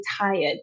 tired